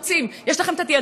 אין לכם את הכלים.